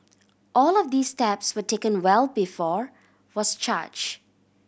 all of these steps were taken well before was charge